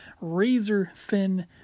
razor-thin